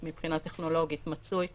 מבחינה טכנולוגית הוא מצוי כאן.